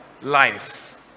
life